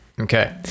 Okay